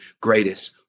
greatest